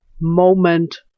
moment